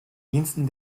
diensten